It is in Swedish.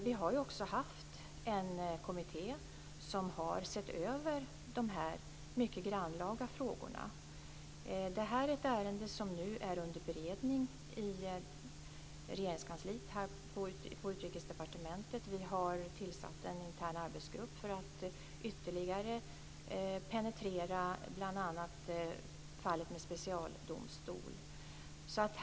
Vi har också haft en kommitté som har sett över dessa mycket grannlaga frågor. Det här är ett ärende som nu är under beredning i Regeringskansliet - på Utrikesdepartementet. Vi har tillsatt en intern arbetsgrupp för att ytterligare penetrera bl.a. fallet med specialdomstol.